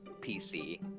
PC